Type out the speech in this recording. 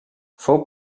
fou